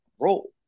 role